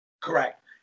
Correct